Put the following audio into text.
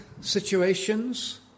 situations